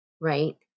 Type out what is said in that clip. Right